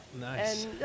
nice